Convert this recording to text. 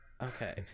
Okay